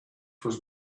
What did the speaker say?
was